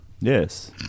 Yes